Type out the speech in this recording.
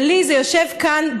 ולי זה יושב כאן,